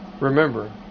Remember